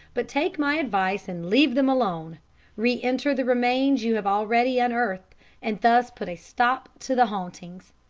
but take my advice and leave them alone re-inter the remains you have already unearthed and thus put a stop to the hauntings.